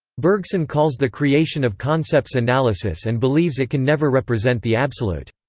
bergson calls the creation of concepts analysis and believes it can never represent the absolute.